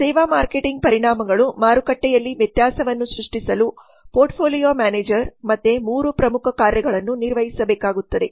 ಸೇವಾ ಮಾರ್ಕೆಟಿಂಗ್ ಪರಿಣಾಮಗಳು ಮಾರುಕಟ್ಟೆಯಲ್ಲಿ ವ್ಯತ್ಯಾಸವನ್ನು ಸೃಷ್ಟಿಸಲು ಪೋರ್ಟ್ಫೋಲಿಯೋ ಮ್ಯಾನೇಜರ್ ಮತ್ತೆ 3 ಪ್ರಮುಖ ಕಾರ್ಯಗಳನ್ನು ನಿರ್ವಹಿಸಬೇಕಾಗುತ್ತದೆ